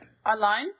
Online